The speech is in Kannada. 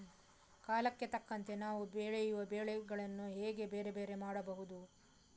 ಕಾಲಕ್ಕೆ ತಕ್ಕಂತೆ ನಾವು ಬೆಳೆಯುವ ಬೆಳೆಗಳನ್ನು ಹೇಗೆ ಬೇರೆ ಬೇರೆ ಮಾಡಬಹುದು?